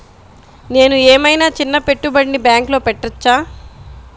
నేను ఏమయినా చిన్న పెట్టుబడిని బ్యాంక్లో పెట్టచ్చా?